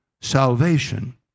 salvation